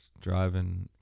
driving